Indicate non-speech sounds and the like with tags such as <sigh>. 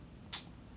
<noise>